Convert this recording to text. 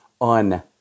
on